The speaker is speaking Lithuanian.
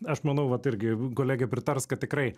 aš manau vat irgi kolegė pritars kad tikrai